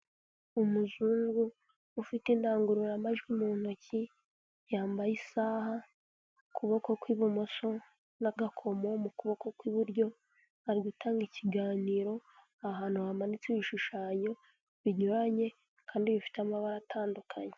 Umuzungu ufite indangururamajwi mu ntoki, yambaye isaha ku kuboko kw'ibumoso n'agakomo mu kuboko kw'iburyo, ari gutanga ikiganiro ahantu hamanitse ibishushanyo binyuranye kandi bifite amabara atandukanye.